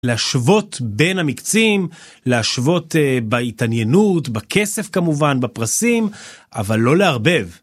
להשוות בין המיקצים, להשוות בהתעניינות, בכסף כמובן, בפרסים, אבל לא לערבב.